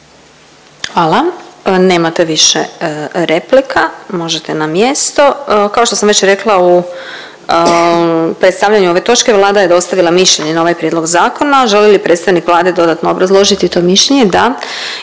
Hvala. Nemate više replika. Možete na mjesto. Kao što sam već rekla u predstavljanju ove točke Vlada je dostavila mišljenje na ovaj prijedlog zakona. Želi li predstavnik Vlade dodatno obrazložiti to mišljenje? Da.